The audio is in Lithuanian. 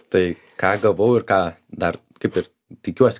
tai ką gavau ir ką dar kaip ir tikiuosi